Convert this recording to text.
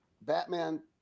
Batman